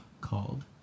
called